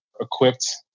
equipped